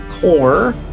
Core